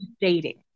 dating